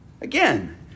Again